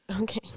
Okay